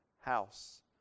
house